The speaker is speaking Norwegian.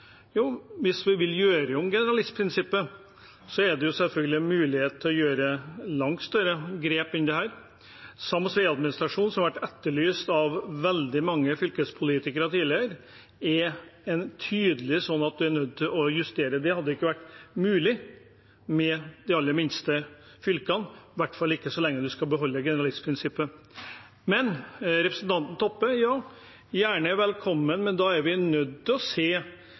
Jo, hvis vi vil gjøre om generalistprinsippet, er det selvfølgelig en mulighet til å ta langt større grep enn dette. Når det gjelder sams veiadministrasjon, som har vært etterlyst av veldig mange fylkespolitikere tidligere, er det tydelig sånn at man er nødt til å justere. Det hadde ikke vært mulig med de aller minste fylkene, i hvert fall ikke så lenge man skal beholde generalistprinsippet. Til representanten Toppe: Ja, gjerne, velkommen, men da er vi nødt til å se